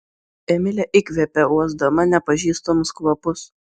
emilė įkvėpė uosdama nepažįstamus kvapus